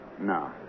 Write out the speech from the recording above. No